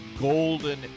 golden